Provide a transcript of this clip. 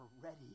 ready